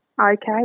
Okay